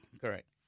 correct